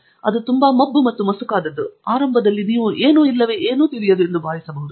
ವಾಸ್ತವವಾಗಿ ಅದು ತುಂಬಾ ಮಬ್ಬು ಮತ್ತು ಮಸುಕಾದದ್ದು ಆರಂಭದಲ್ಲಿ ನೀವು ಏನೂ ಇಲ್ಲವೆ ಏನೂ ತಿಳಿಯದು ಎಂದು ಭಾವಿಸಬಹುದು